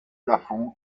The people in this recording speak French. lafond